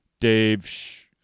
Dave